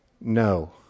No